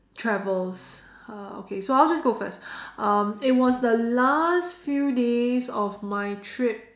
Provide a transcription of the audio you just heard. travels uh okay so I'll just go first um it was the last few days of my trip